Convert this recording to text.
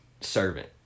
servant